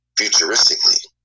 futuristically